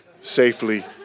safely